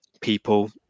people